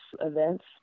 events